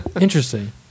Interesting